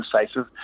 decisive